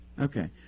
Okay